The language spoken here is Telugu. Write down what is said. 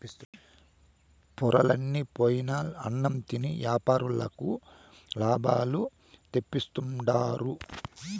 పొరలన్ని పోయిన అన్నం తిని యాపారులకు లాభాలు తెప్పిస్తుండారు